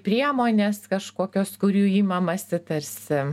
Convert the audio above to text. priemonės kažkokios kurių imamasi tarsi